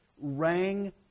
rang